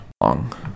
Long